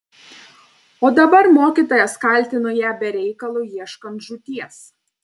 o dabar mokytojas kaltino ją be reikalo ieškant žūties